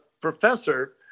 professor